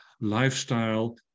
lifestyle